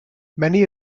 many